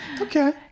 Okay